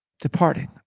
departing